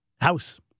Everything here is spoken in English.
House